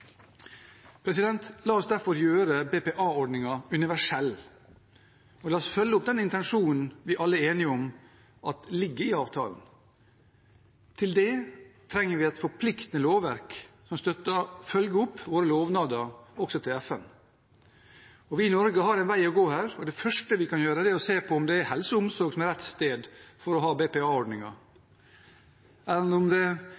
La oss derfor gjøre BPA-ordningen universell, og la oss følge opp den intensjonen vi alle er enige om ligger i avtalen. Til det trenger vi et forpliktende lovverk som følger opp våre lovnader, også til FN. Vi i Norge har en vei å gå. Det første vi kan gjøre, er å se på om det er helse og omsorg som er rett sted å ha BPA-ordningen, eller om det